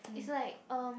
it's like um